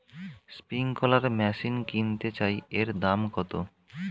Sprinkler machine কিনতে চাই এর দাম কত?